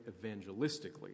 evangelistically